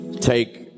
take